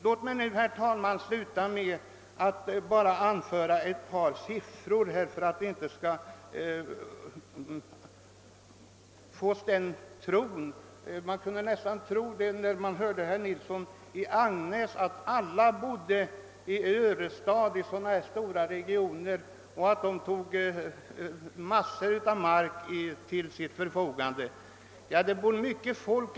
Låt mig, herr talman, sluta med att anföra ett par siffror så att man inte får den uppfattningen efter att ha hört herr Nilsson i Agnäs tala om alla de människor som skulle bo i örestad och andra sådana stora tätortsregioner, att dessa människor tar en stor mängd mark i anspråk för bostadsändamål.